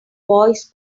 voice